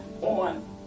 on